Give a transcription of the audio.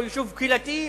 לא יישוב קהילתי,